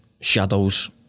shadows